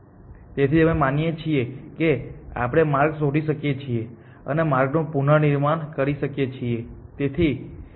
તેથી અમે માનીએ છીએ કે આપણે માર્ગ શોધી શકીએ છીએ અને માર્ગનું પુનર્નિર્માણ કરી શકીએ છીએ